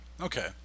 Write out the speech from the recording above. Okay